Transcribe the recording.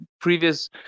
previous